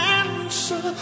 answer